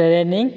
training